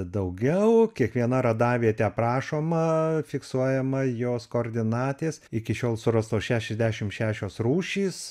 daugiau kiekviena radavietė aprašoma fiksuojama jos koordinatės iki šiol surastos šešiasdešim šešios rūšys